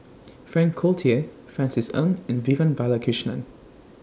Frank Cloutier Francis Ng and Vivian Balakrishnan